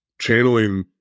channeling